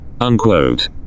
Unquote